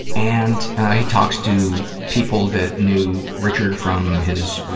and he talks to people that knew richard from his,